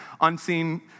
unseen